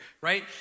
right